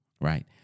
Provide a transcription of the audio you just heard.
right